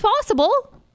possible